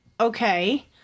okay